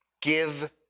Give